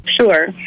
sure